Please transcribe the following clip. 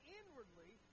inwardly